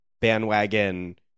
bandwagon